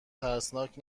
ترسناک